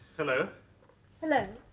hello hello